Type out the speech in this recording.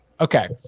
Okay